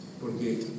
porque